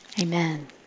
Amen